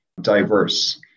diverse